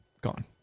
Gone